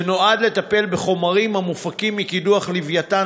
שנועד לטפל בחומרים המופקים מקידוח לוויתן,